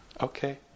Okay